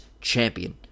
champion